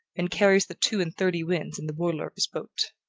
and carries the two and thirty winds in the boiler of his boat.